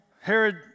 Herod